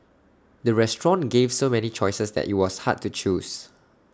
the restaurant gave so many choices that IT was hard to choose